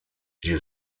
die